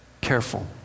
careful